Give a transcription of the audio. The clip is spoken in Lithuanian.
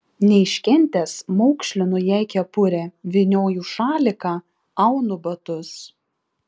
neiškentęs maukšlinu jai kepurę vynioju šaliką aunu batus